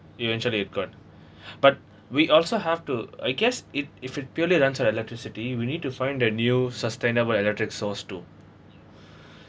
eventually it could but we also have to I guess it if it purely runs on electricity we need to find a new sustainable electric source too